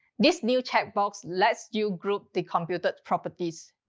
this new chat box lets you group the computer properties.